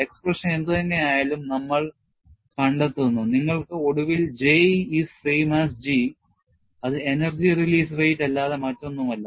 expression എന്തു തന്നെയായാലും നമ്മൾ കണ്ടെത്തുന്നുനിങ്ങൾക്ക് ഒടുവിൽ J is same as G അത് energy release rate അല്ലാതെ മറ്റൊന്നുമല്ല